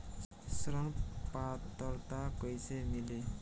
ऋण पात्रता कइसे मिली?